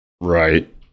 right